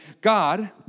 God